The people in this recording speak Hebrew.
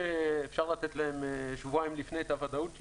אפשר לתת להם שבועיים לפני כן את הוודאות שלהם.